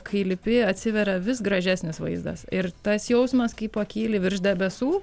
kai lipi atsiveria vis gražesnis vaizdas ir tas jausmas kai pakyli virš debesų